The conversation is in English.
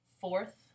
fourth